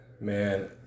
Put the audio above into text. Man